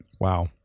wow